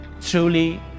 Truly